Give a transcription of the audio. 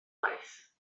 waith